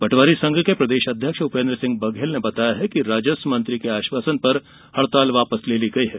पटवारी संघ के प्रदेश अध्यक्ष उपेन्द्र सिंह बघेल ने बताया कि राजस्व मंत्री के आश्वासन पर हडताल वापस ली है